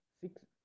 six